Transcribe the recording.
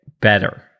better